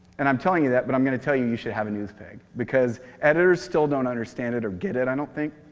and i'm telling you that, but i'm going to tell you you should have a news peg. because editors still don't understand it or get it, i don't think.